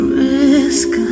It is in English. risk